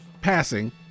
passing